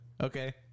okay